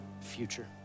future